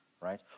right